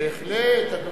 בהחלט, אדוני.